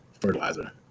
fertilizer